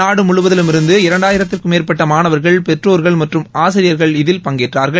நாடு முழுவதிலுமிருந்து இரண்டாயிரத்திற்கும் மேற்பட்ட மாணவர்கள் பெற்றோர்கள் மற்றும் ஆசிரியர்கள் இதில் பங்கேற்றார்கள்